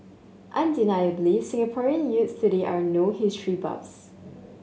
undeniably Singaporean youths today are no history buffs